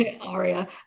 aria